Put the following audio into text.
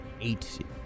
eight